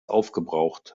aufgebraucht